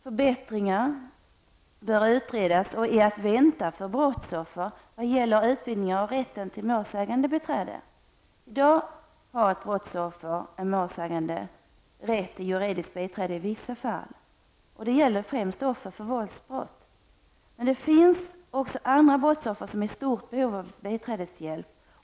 Förbättringar för brottsoffer vad gäller utvidningen av rätten till målsägande biträde bör utredas. Dessa är också att vänta. I dag har ett brottsoffer, en målsägande, rätt till ett juridiskt biträde i vissa fall. Det gäller främst offer för våldsbrott. Det finns även andra brottsoffer som är i stort behov av biträdeshjälp.